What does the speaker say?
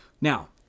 Now